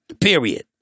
period